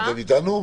נכון.